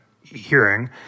hearing